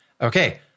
okay